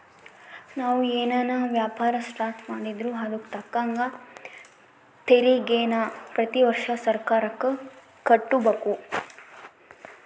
ನಾವು ಏನನ ವ್ಯಾಪಾರ ಸ್ಟಾರ್ಟ್ ಮಾಡಿದ್ರೂ ಅದುಕ್ ತಕ್ಕಂಗ ತೆರಿಗೇನ ಪ್ರತಿ ವರ್ಷ ಸರ್ಕಾರುಕ್ಕ ಕಟ್ಟುಬಕು